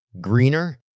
greener